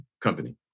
company